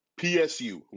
PSU